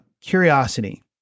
curiosity